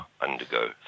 undergo